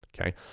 okay